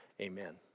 Amen